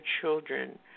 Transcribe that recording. children